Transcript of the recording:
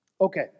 Okay